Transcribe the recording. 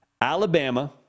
alabama